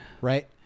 right